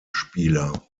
spieler